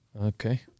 Okay